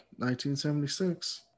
1976